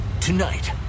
Tonight